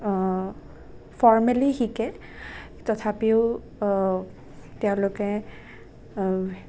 formally শিকে তথাপিও তেওঁলোকে